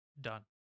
Done